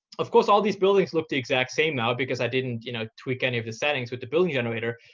of course, all these buildings look the exact same now because i didn't you know tweak any of the settings with the building generator.